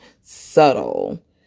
subtle